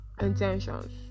intentions